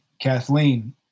kathleen